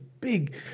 big